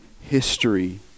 history